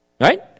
Right